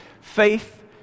Faith